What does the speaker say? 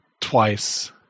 twice